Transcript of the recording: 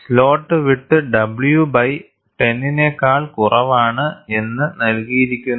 slot width w by 10 നേക്കാൾ കുറവാണ് എന്ന് നൽകിയിരിക്കുന്നത്